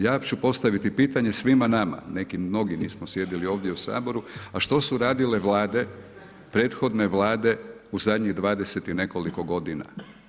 Ja ću postaviti pitanje svima nama, neki mnogi nismo sjedili ovdje u Saboru, a što su radile Vlade, prethodne Vlade u zadnjih 20 i nekoliko godina?